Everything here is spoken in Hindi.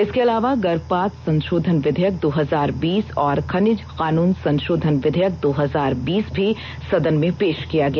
इसके अलावा गर्भपात संशोधन विधेयक दो हजार बीस और खनिज कानून संशोधन विधेयक दो हजार बीस भी सदन में पेश किया गया